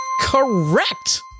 Correct